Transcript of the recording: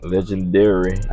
Legendary